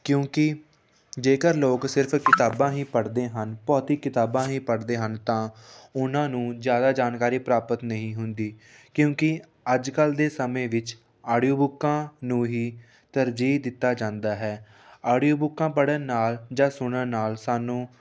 ਕਿਉਂਕਿ ਜੇਕਰ ਲੋਕ ਸਿਰਫ ਕਿਤਾਬਾਂ ਹੀ ਪੜ੍ਹਦੇ ਹਨ ਭੌਤਿਕ ਕਿਤਾਬਾਂ ਹੀ ਪੜ੍ਹਦੇ ਹਨ ਤਾਂ ਉਹਨਾਂ ਨੂੰ ਜ਼ਿਆਦਾ ਜਾਣਕਾਰੀ ਪ੍ਰਾਪਤ ਨਹੀਂ ਹੁੰਦੀ ਕਿਉਂਕਿ ਅੱਜ ਕੱਲ੍ਹ ਦੇ ਸਮੇਂ ਵਿੱਚ ਆਡੀਓ ਬੁੱਕਾਂ ਨੂੰ ਹੀ ਤਰਜੀਹ ਦਿੱਤਾ ਜਾਂਦਾ ਹੈ ਆਡੀਓ ਬੁੱਕਾਂ ਪੜ੍ਹਨ ਨਾਲ ਜਾਂ ਸੁਣਨ ਨਾਲ ਸਾਨੂੰ